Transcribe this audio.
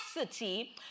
capacity